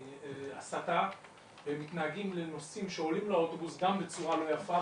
ומהסתה ומתנהגים לנוסעים שעולים לאוטובוס גם בצורה לא יפה,